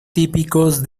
típicos